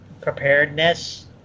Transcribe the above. preparedness